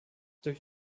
durch